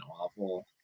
awful